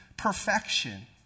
perfection